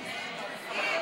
נו,